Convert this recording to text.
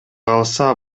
калса